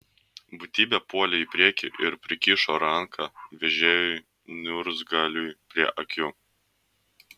būtybė puolė į priekį ir prikišo ranką vežėjui niurzgaliui prie akių